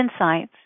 insights